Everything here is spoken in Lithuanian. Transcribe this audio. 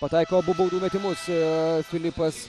pataiko abu baudų metimus filipas